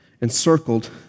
encircled